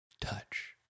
touch